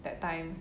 that time